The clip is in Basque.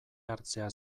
hartzea